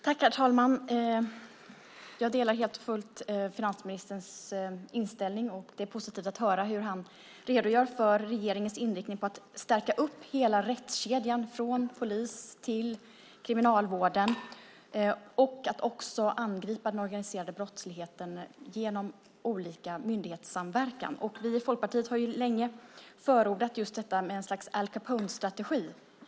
Herr talman! Jag delar helt och fullt finansministerns inställning. Det är positivt att höra hur han redogör för regeringens inriktning på att stärka upp hela rättskedjan, från polis till Kriminalvården, och att också angripa den organiserade brottsligheten genom olika myndigheters samverkan. Vi i Folkpartiet har länge förordat just en Al Capone-strategi.